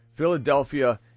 Philadelphia